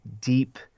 deep